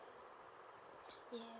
yes